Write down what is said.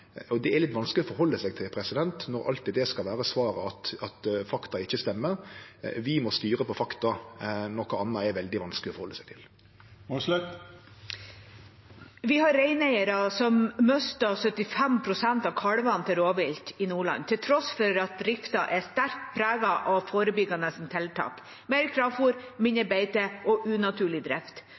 Det er litt vanskeleg å halde seg til når svaret alltid skal vere at fakta ikkje stemmer. Vi må styre på fakta, noko anna er veldig vanskeleg å halde seg til. Vi har reineiere som mister 75 pst. av kalvene til rovvilt i Nordland, til tross for at driften er sterkt preget av forebyggende tiltak – mer kraftfôr, mindre beite og unaturlig drift.